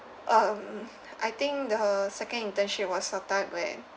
um I think the second internship was a type where